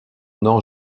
nom